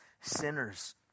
sinners